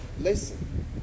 listen